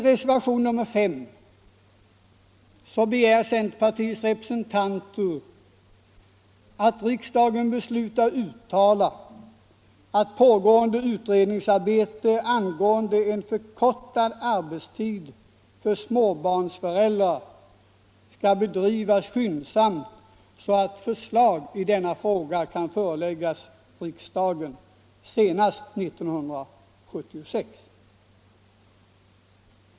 I reservationen 5 begär centerpartiets representanter att riksdagen beslutar uttala att pågående utredningsarbete angående en förkortad arbetstid för småbarnsföräldrar skall bedrivas så att förslag i denna fråga kan föreläggas riksdagen senast 1976.